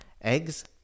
eggs